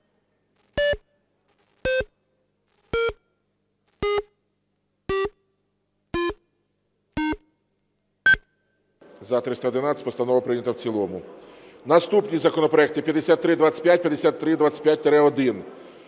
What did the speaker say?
За-311 Постанова прийнята в цілому. Наступні законопроекти 5325, 5325-1.